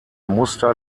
muster